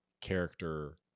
character